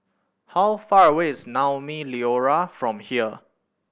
how far away is Naumi Liora from here